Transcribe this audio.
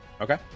Okay